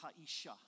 ha'isha